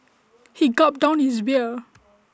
he gulped down his beer